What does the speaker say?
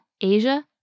Asia